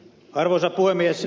arvoisa puhemies